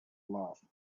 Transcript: love